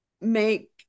make